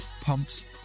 pumps